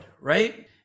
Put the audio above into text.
right